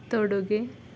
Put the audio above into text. ತೊಡುಗೆ